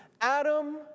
Adam